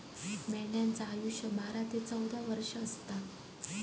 मेंढ्यांचा आयुष्य बारा ते चौदा वर्ष असता